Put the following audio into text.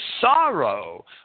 sorrow